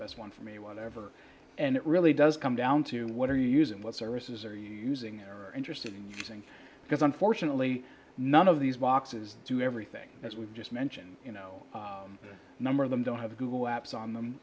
best one for me whatever and it really does come down to what are you using what services are you using or interested in using because unfortunately none of these boxes do everything as we just mentioned you know a number of them don't have google